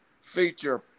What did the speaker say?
feature